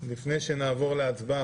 לפני שנעבור להצבעה,